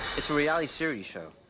it's a reality series show,